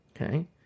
Okay